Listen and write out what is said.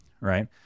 Right